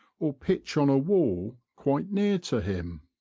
or pitch on a wall quite near to him.